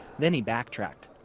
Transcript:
then he backtracked.